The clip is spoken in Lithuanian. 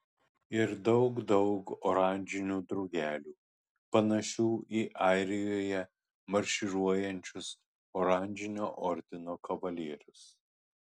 ir daug daug oranžinių drugelių panašių į airijoje marširuojančius oranžinio ordino kavalierius